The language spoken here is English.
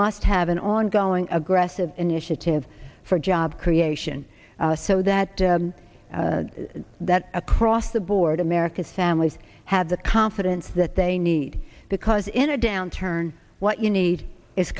must have an ongoing aggressive initiative for job creation so that that across the board america's families have the confidence that they need because in a downturn what you need is